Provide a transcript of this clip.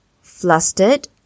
flustered